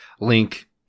link